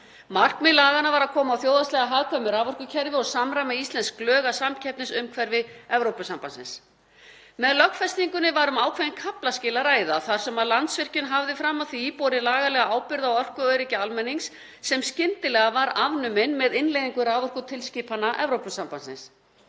Markmið laganna var að koma á þjóðhagslega hagkvæmu raforkukerfi og samræma íslensk lög að samkeppnisumhverfi Evrópusambandsins. Með lögfestingunni var um ákveðin kaflaskil að ræða þar sem Landsvirkjun hafði fram að því borið lagalega ábyrgð á orkuöryggi almennings sem skyndilega var afnumin með innleiðingu raforkutilskipana Evrópusambandsins.